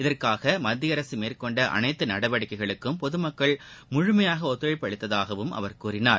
இதற்காக மத்திய அரசு மேற்கொண்ட அனைத்து நடவடிக்கைகளுக்கும் பொதுமக்கள் முழுமையாக ஒத்துழைப்பு அளித்ததாகவும் அவர் கூறினார்